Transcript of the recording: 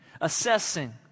assessing